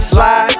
Slide